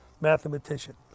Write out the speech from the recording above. mathematician